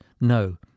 No